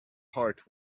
heart